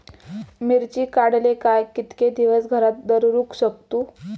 मिर्ची काडले काय कीतके दिवस घरात दवरुक शकतू?